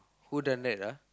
who done that ah